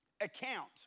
account